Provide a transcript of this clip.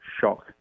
shock